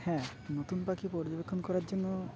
হ্যাঁ নতুন পাখি পর্যবেক্ষণ করার জন্য